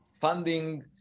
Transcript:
funding